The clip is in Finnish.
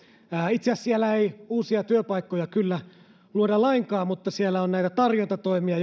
itse asiassa siellä ei uusia työpaikkoja kyllä luoda lainkaan mutta siellä on näitä tarjontatoimia